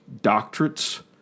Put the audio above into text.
doctorates